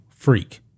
Freak